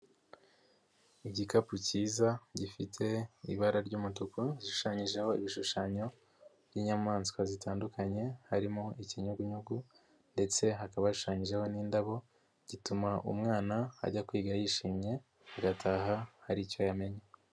Igikapu cyiza gifite ibara ry'umutuku gishushanyijeho ibishushanyo by'inyamaswa zitandukanye harimo ikinyugunyugu ndetse hakaba hashushanyijeho n'indabo gituma umwana ajya kwiga yishimye agataha hari icyo yamenye.